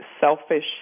selfish